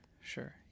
sure